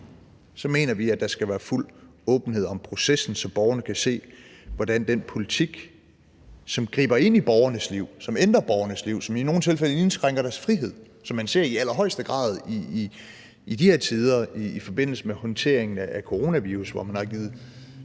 mener vi, at der skal være fuld åbenhed om processen, så borgerne kan se, hvordan den politik, som griber ind i borgernes liv, som ændrer borgernes liv, og som i nogle tilfælde indskrænker deres frihed, hvilket man i allerhøjeste grad ser i de her tider i forbindelse med håndteringen af coronavirus, er blevet